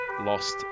lost